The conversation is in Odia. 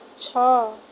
ଛଅ